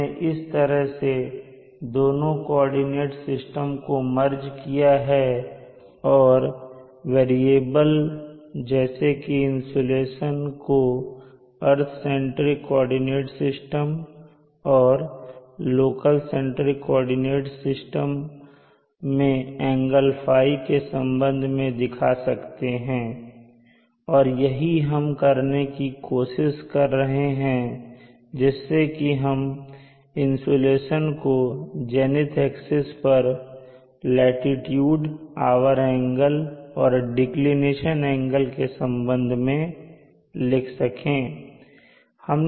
हमने इस तरह से दोनों कोऑर्डिनेट सिस्टम को मर्ज किया है और वैरियेबल्स जैसे कि इंसुलेशन को अर्थ सेंट्रिक कोऑर्डिनेट सिस्टम और लोकल सेंट्रिक कोऑर्डिनेट सिस्टम मैं एंगल ϕ के संबंध में दिखा सकते हैं और यही हम करने की कोशिश कर रहे हैं जिससे कि हम इंसुलेशन को जेनिथ एक्सिस पर लाटीट्यूड आवर एंगल और डिक्लिनेशन एंगल के संबंध में लिख सकें